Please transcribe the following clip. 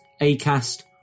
Acast